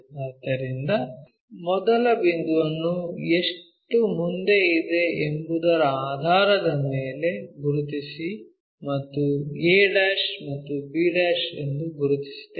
ಆದ್ದರಿಂದ ಮೊದಲ ಬಿಂದುವನ್ನು ಎಷ್ಟು ಮುಂದೆ ಇದೆ ಎಂಬುದರ ಆಧಾರದ ಮೇಲೆ ಗುರುತಿಸಿ ಮತ್ತು a ಮತ್ತು b ಎಂದು ಗುರುತಿಸುತ್ತೇವೆ